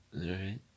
Right